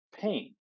pain